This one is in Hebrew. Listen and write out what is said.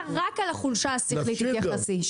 רק על החולשה השכלית תתייחסי.